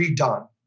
redone